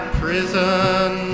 prison